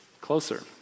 Closer